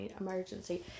emergency